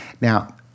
Now